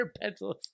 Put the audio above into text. pencils